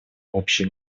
общей